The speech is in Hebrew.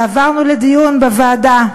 ועברנו לדיון בוועדה.